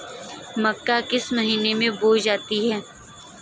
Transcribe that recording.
मक्का किस महीने में बोई जाती है?